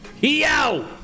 Yo